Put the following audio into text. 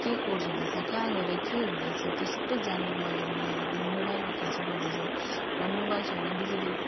के कोर्स हुँदैछ कहाँ गएर के हुँदैछ त्यो सबै जान्नुको लागि हामीलाई एकदमै मोबाइलको खाँचो पर्दछ र मोबाइल छैन बिजुली